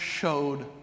showed